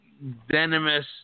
venomous